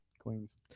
Queens